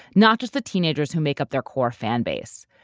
not just the teenagers who make up their core fan base.